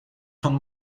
von